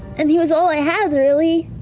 and he was all i had, really,